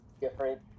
different